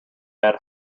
add